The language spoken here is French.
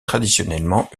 traditionnellement